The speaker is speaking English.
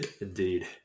Indeed